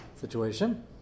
situation